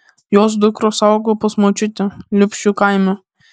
jos dukros augo pas močiutę liupšių kaime